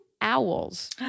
owls